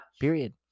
Period